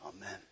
Amen